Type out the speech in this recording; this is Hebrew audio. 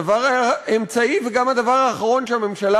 הדבר האמצעי וגם הדבר האחרון שהממשלה